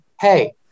hey